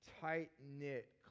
tight-knit